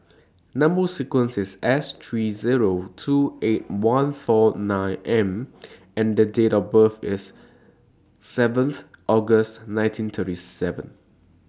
Number sequence IS S three Zero two eight one four nine M and Date of birth IS seventh August nineteen thirty seven